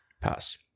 Pass